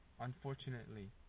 unfortunately